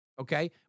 Okay